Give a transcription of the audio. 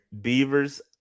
Beavers